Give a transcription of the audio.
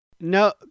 No